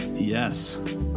Yes